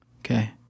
Okay